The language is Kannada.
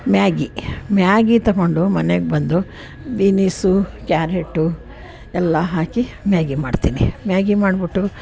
ಮ್ಯಾಗಿ ಮ್ಯಾಗಿ ತೊಗೊಂಡು ಮನೆಗೆ ಬಂದು ಬಿನಿಸು ಕ್ಯಾರೆಟು ಎಲ್ಲ ಹಾಕಿ ಮ್ಯಾಗಿ ಮಾಡ್ತೀನಿ ಮ್ಯಾಗಿ ಮಾಡಿಬಿಟ್ಟು